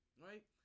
right